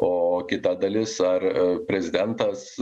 o kita dalis ar prezidentas